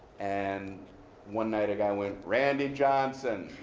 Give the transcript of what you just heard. and one night, a guy went, randy johnson.